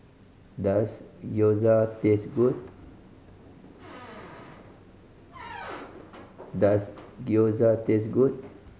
does Gyoza taste good does Gyoza taste good